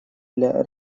для